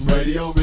Radio